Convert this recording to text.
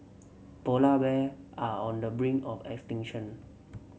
polar bear are on the brink of extinction